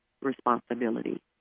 responsibility